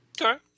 Okay